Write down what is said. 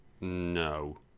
No